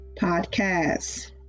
Podcasts